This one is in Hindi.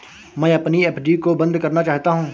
मैं अपनी एफ.डी को बंद करना चाहता हूँ